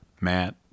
Matt